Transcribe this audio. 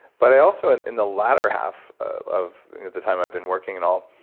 but i also in in the latter half of the time i've been working and all,